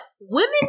women